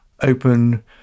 open